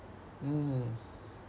mm